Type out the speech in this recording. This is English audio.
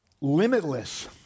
limitless